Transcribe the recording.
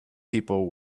people